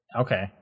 Okay